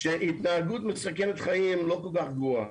שהתנהגות מסכנת חיים היא לא כל כך גבוהה.